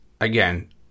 again